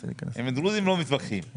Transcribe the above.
שגית, אני מבקש שתציעי את ההצעה שלך.